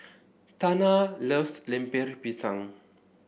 Tana loves Lemper Pisang